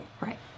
right